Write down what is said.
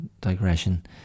digression